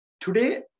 Today